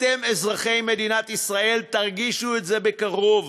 אתם, אזרחי מדינת ישראל, תרגישו את זה בקרוב